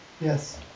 Yes